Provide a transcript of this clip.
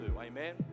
Amen